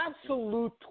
absolute